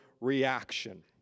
reaction